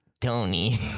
Tony